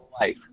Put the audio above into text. life